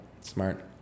smart